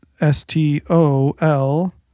S-T-O-L